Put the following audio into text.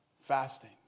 Fasting